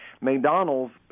McDonald's